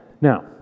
Now